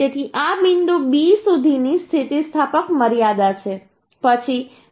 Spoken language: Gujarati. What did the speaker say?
તેથી આ બિંદુ B સુધીની સ્થિતિસ્થાપક મર્યાદા છે પછી બિંદુ C